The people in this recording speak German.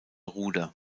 ruder